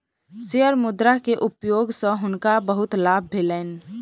share मुद्रा के उपयोग सॅ हुनका बहुत लाभ भेलैन